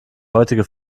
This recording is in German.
heutige